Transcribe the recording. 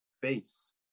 face